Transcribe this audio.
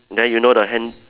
then you know the hand